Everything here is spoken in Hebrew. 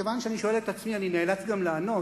ומכיוון שאני שואל את עצמי אני נאלץ גם לענות,